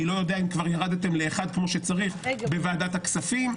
אולי לאחד כמו שצריך בוועדת הכספים.